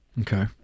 Okay